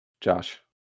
Josh